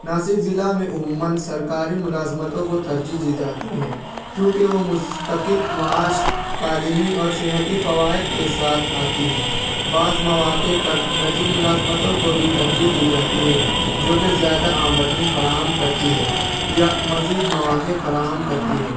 ناسک ضلع میں عموماً سرکاری ملازمتوں کو ترجیح دی جاتی ہے کیونکہ وہ مستقل معاش تعلیمی اور صحتی فوائد کے ساتھ آتی ہیں بعض مواقع پر نجی ملازمتوں کو بھی ترجیح دی جاتی ہے جو کہ زیادہ آمدنی فراہم کرتی ہے یا مزید مواقع فراہم کرتی ہے